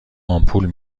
آمپول